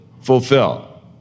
fulfill